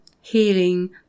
healing